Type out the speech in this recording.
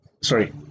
sorry